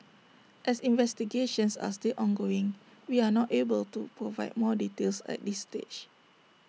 as investigations are still ongoing we are not able to provide more details at this stage